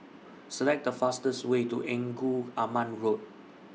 Select The fastest Way to Engku Aman Road